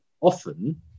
often